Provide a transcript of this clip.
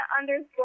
underscore